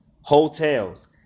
hotels